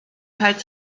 teilt